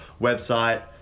website